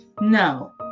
No